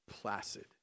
placid